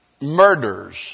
murders